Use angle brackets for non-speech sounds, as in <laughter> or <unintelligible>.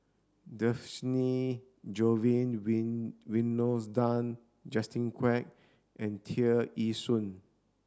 Dhershini Govin <unintelligible> Winodan Justin Quek and Tear Ee Soon